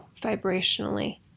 vibrationally